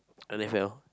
N_F_L